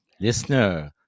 Listener